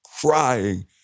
crying